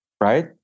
Right